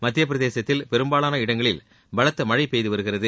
மத்தியப் பிரதேசத்தில் பெரும்பாலான இடங்களில் பலத்த மழை பெய்து வருகிறது